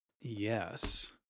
Yes